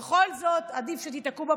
בכל זאת, עדיף שתיתקעו בפקקים.